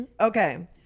okay